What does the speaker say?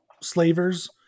slavers